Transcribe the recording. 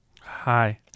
Hi